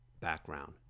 background